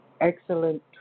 excellent